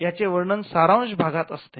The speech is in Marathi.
याचे वर्णन सारांश भागात असते